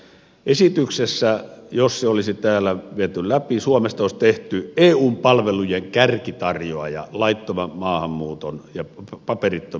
esityksessä jos se olisi täällä viety läpi suomesta olisi tehty eun palvelujen kärkitarjoaja laittoman maahanmuuton ja paperittomien terveyspalveluissa